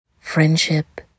Friendship